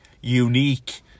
unique